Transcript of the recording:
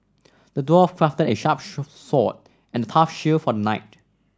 the dwarf crafted a sharp sword and a tough shield for the knight